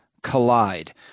Collide